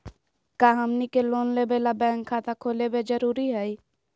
का हमनी के लोन लेबे ला बैंक खाता खोलबे जरुरी हई?